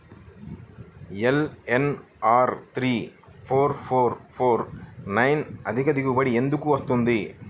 LNR three four four four nine అధిక దిగుబడి ఎందుకు వస్తుంది?